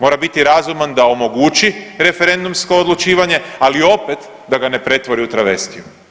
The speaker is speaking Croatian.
Mora biti razuman da omogući referendumsko odlučivanje ali opet da ga ne pretvori u travestiju.